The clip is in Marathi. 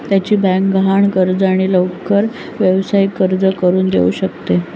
त्याची बँक गहाण कर्ज आणि लवकर व्यावसायिक कर्ज करून देऊ शकते